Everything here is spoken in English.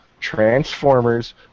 Transformers